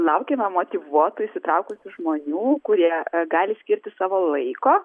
laukiame motyvuotų įsitraukusių žmonių kurie gali skirti savo laiko